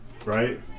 right